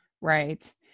Right